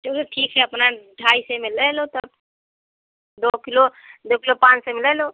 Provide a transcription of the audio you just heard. चलिए ठीक है अपना ढाई सौ में ले लो तब दो किलो दो किलो पाँच सौ में ले लो